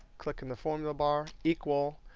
click in the formula bar, equal,